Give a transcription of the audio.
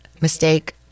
mistake